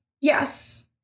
yes